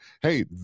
hey